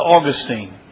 Augustine